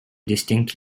distinct